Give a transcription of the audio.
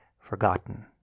forgotten